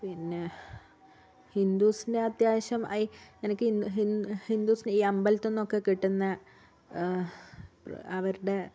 പിന്നേ ഹിന്ദൂസിൻ്റെ അത്യാവശ്യം ഐ എനക്ക് ഹിന്ദു ഹിന്ദു ഈ അമ്പലത്തിൽ നിന്നൊക്കെ കിട്ടുന്നത് അവരുടെ